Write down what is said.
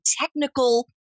technical